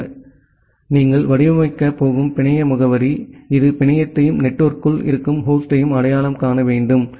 எனவே அதனால்தான் நீங்கள் வடிவமைக்கப் போகும் பிணைய முகவரி இது பிணையத்தையும் நெட்வொர்க்கிற்குள் இருக்கும் ஹோஸ்டையும் அடையாளம் காண வேண்டும்